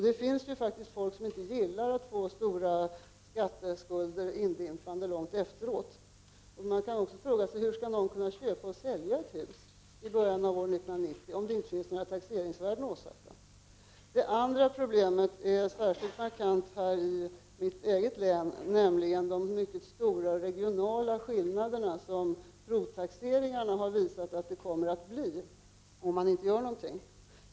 Det finns faktiskt folk som inte gillar att få stora skatteskulder indimpande långt efteråt. Man kan också fråga sig hur människor skall kunna köpa eller sälja hus i början av år 1990 om det inte finns några taxeringsvärden åsatta. Det andra problemet är särskilt markant i mitt eget län, nämligen de mycket stora regionala skillnader som provtaxeringarna har visat kommer att uppstå om inte något görs.